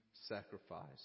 sacrifice